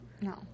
No